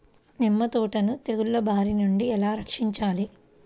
నిమ్మ తోటను తెగులు బారి నుండి ఎలా రక్షించాలి?